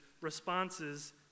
responses